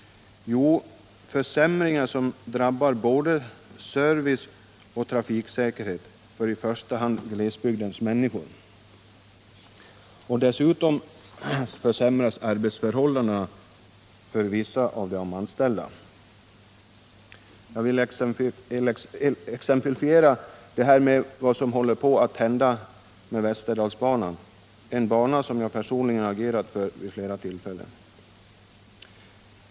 Jo, försämringar som drabbar både service och trafiksäkerhet för i första hand glesbygdens människor och dessutom försämrade arbetsförhållanden för vissa av de anställda. Jag vill exemplifiera detta med vad som nu håller på att hända med Västerdalsbanan, en bana som jag personligen har agerat för vid flera tillfällen.